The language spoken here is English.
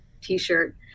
t-shirt